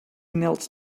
knelt